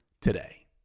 today